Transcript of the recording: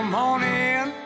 morning